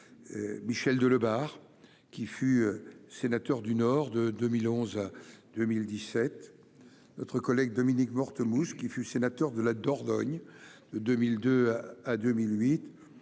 Michel Delebarre, qui fut sénateur du Nord de 2011 à 2017 ;- Dominique Mortemousque, qui fut sénateur de la Dordogne de 2002 à 2008